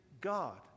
God